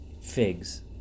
figs